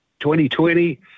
2020